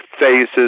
phases